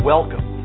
Welcome